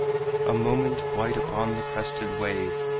a moment white upon the crested wave.